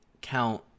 count